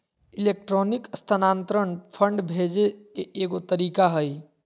electronic स्थानान्तरण fund भेजे के एगो तरीका हइ